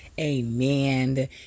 Amen